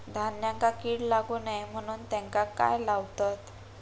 धान्यांका कीड लागू नये म्हणून त्याका काय लावतत?